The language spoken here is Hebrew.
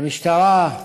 למשטרה,